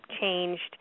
changed